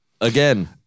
again